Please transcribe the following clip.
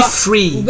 free